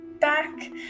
back